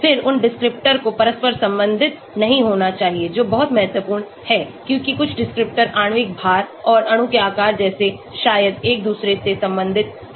फिरउन descriptor को परस्पर संबंधित नहीं होना चाहिए जो बहुत महत्वपूर्ण है क्योंकि कुछ डिस्क्रिप्टर आणविक भार और अणु के आकार जैसे शायद एक दूसरे से संबंधित हैं